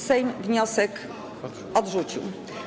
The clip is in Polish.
Sejm wniosek odrzucił.